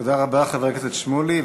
תודה רבה, חבר הכנסת שמולי.